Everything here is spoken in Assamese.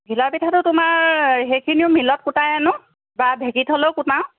ঘিলা পিঠাটো তোমাৰ সেইখিনিও মিলত কুটাই আনোঁ বা ঢেঁকীত হ'লেও কুটাও